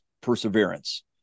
perseverance